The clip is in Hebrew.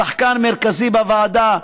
שחקן מרכזי בוועדה,